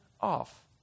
off